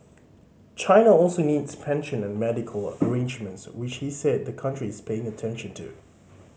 China also needs pension and medical arrangements which he said the country is paying attention to